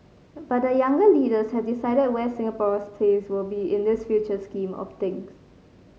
but the younger leaders have to decide where Singapore's place will be in this future scheme of things